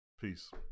Peace